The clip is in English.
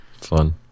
Fun